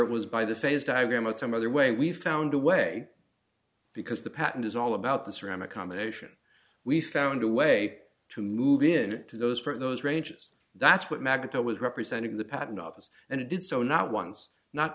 it was by the face diagram of some other way we found a way because the pattern is all about the ceramic combination we found a way to move in to those for those ranges that's what magneto with representing the patent office and it did so not once not